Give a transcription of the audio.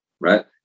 right